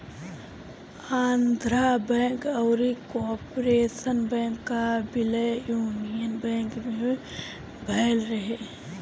Andhra bank अउरी corporation bank कअ विलय यूनियन बैंक में भयल रहे